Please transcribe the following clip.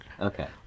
Okay